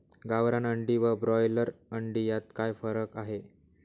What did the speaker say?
गावरान अंडी व ब्रॉयलर अंडी यात काय फरक आहे?